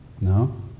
No